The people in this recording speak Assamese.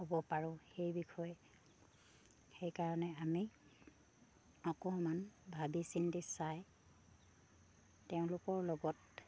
হ'ব পাৰোঁ সেই বিষয়ে সেইকাৰণে আমি অকমান ভাবি চিন্তি চাই তেওঁলোকৰ লগত